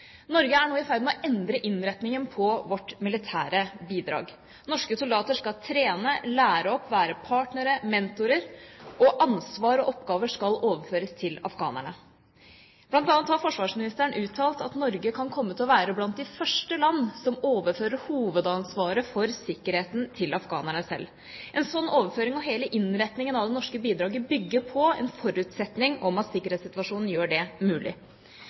Norge er nå i ferd med å endre innretningen på vårt militære bidrag. Norske soldater skal trene, lære opp, være partnere, mentorer, og ansvar og oppgaver skal overføres til afghanerne. Blant annet har forsvarsministeren uttalt at Norge kan komme til å være blant de første land som overfører hovedansvaret for sikkerheten til afghanerne selv. En slik overføring og hele innretningen av det norske bidraget bygger på en forutsetning om at sikkerhetssituasjonen gjør det mulig.